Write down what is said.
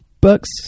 book's